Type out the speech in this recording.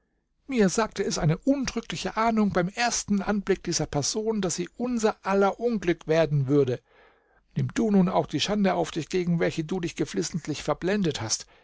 mir sagte es eine untrügliche ahnung beim ersten anblick dieser person daß sie unser aller unglück werden würde nimm du nun auch die schande auf dich gegen welche du dich geflissentlich verblendet hast